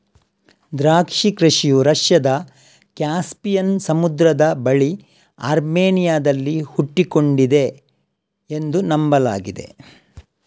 ದ್ರಾಕ್ಷಿ ಕೃಷಿಯು ರಷ್ಯಾದ ಕ್ಯಾಸ್ಪಿಯನ್ ಸಮುದ್ರದ ಬಳಿ ಅರ್ಮೇನಿಯಾದಲ್ಲಿ ಹುಟ್ಟಿಕೊಂಡಿದೆ ಎಂದು ನಂಬಲಾಗಿದೆ